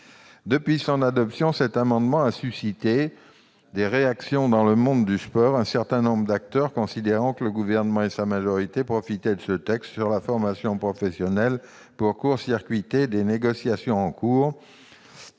qui a créé cet article a suscité de nombreuses réactions dans le monde du sport, un certain nombre d'acteurs considérant que le Gouvernement et sa majorité profitaient de l'examen de ce texte sur la formation professionnelle pour court-circuiter des négociations en cours.